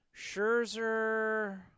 Scherzer